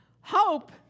Hope